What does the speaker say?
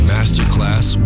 Masterclass